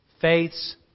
Faith's